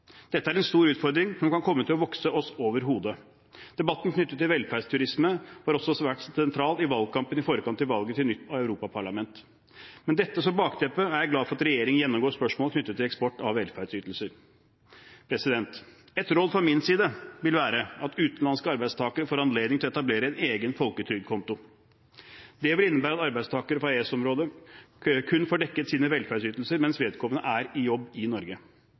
Dette er en stor utfordring som kan komme til å vokse oss over hodet. Debatten knyttet til velferdsturisme var også svært sentral i valgkampen i forkant av valg til nytt europaparlament. Med dette som bakteppe er jeg glad for at regjeringen gjennomgår spørsmål knyttet til eksport av velferdsytelser. Et råd fra min side vil være at utenlandske arbeidstakere får anledning til å etablere en egen folketrygdkonto. Det vil innebære at arbeidstakere fra EØS-området kun får dekket sine velferdsytelser mens vedkommende er i jobb i Norge.